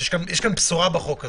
כשיש גם בשורה בחוק הזה.